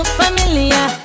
familiar